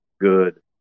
good